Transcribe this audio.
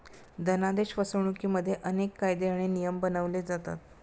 धनादेश फसवणुकिमध्ये अनेक कायदे आणि नियम बनवले जातात